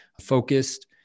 focused